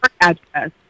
Address